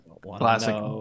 Classic